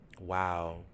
wow